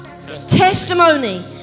testimony